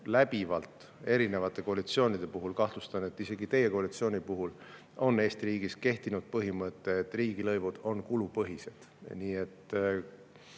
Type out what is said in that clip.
riigis eri koalitsioonide puhul – kahtlustan, et isegi teie koalitsiooni puhul – kehtinud põhimõte, et riigilõivud on kulupõhised. Nii et